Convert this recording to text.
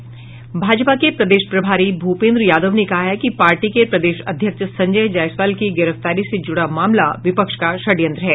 भाजपा के प्रदेश प्रभारी भूपेन्द्र यादव ने कहा है कि पार्टी के प्रदेश अध्यक्ष संजय जायसवाल की गिरफ्तारी से जुड़ा मामला विपक्ष का षड्यंत्र है